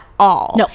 No